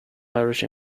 irish